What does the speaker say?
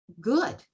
good